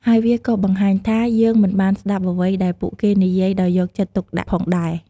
ហើយវាក៏៏បង្ហាញថា យើងមិនបានស្តាប់អ្វីដែលពួកគេនិយាយដោយយកចិត្តទុកដាក់ផងដែរ។